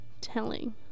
telling